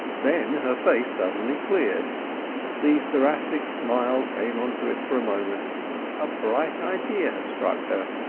then her face suddenly cleared the seraphic smile came into it for a moment a bright idea had struck her.